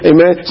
Amen